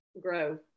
grow